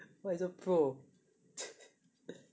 why you so pro